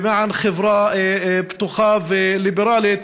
למען חברה פתוחה וליברלית,